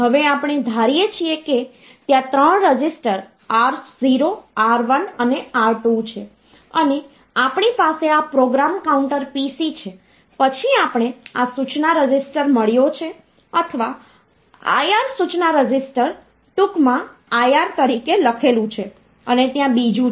હવે આપણે ધારીએ છીએ કે ત્યાં 3 રજિસ્ટર R0R1 અને R2 છે અને આપણી પાસે આ પ્રોગ્રામ કાઉન્ટર PC છે પછી આપણે આ સૂચના રજિસ્ટર મળ્યો છે અથવા IR સૂચના રજિસ્ટર ટૂંકમાં IR તરીકે લખેલું છે અને ત્યાં બીજું છે